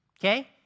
Okay